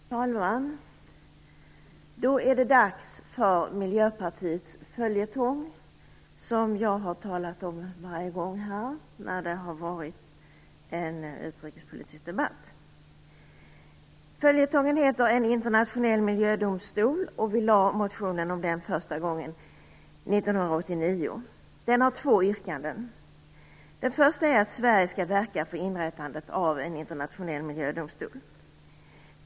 Fru talman! Då är det dags för Miljöpartiets följetong. Jag har dragit den varje gång vi har haft en utrikespolitisk debatt i riksdagen. Följetongen heter "En internationell miljödomstol". Miljöpartiet lade fram motionen om den för första gången 1989. Motionen innehåller två yrkanden. Det första innebär att Sverige skall verka för inrättandet av en internationell miljödomstol.